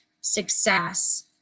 success